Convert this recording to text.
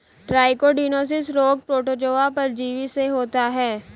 trichodinosis रोग protozoa परजीवी से होता है